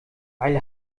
weil